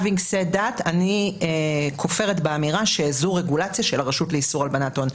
אני כופרת באמירה שזו רגולציה של הרשות לאיסור הלבנת הון.